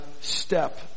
step